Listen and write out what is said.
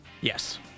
Yes